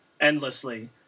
endlessly